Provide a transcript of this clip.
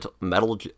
Metal